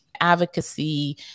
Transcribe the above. advocacy